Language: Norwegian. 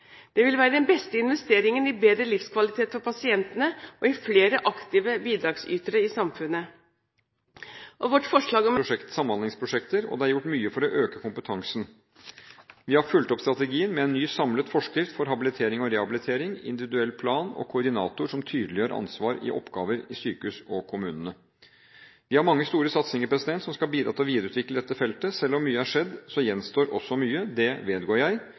Jeg vil be Helsedirektoratet involvere KS i dette arbeidet. Regjeringens strategi for 2008–2011 på dette feltet la et godt grunnlag for den utviklingen som nå skjer. Gjennom denne strategien iverksatte vi og ga tilskudd til en rekke utviklings- og samhandlingsprosjekter, og det er gjort mye for å øke kompetansen. Vi har fulgt opp strategien med en ny samlet forskrift om habilitering og rehabilitering, individuell plan og koordinator som tydeliggjør ansvar og oppgaver i sykehus og i kommunene. Vi har mange store satsinger som skal bidra til å videreutvikle dette feltet. Selv om mye har